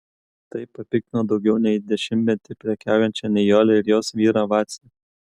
tai papiktino daugiau nei dešimtmetį prekiaujančią nijolę ir jos vyrą vacį